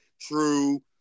true